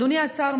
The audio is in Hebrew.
אדוני השר,